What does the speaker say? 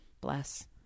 bless